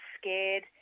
scared